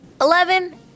Eleven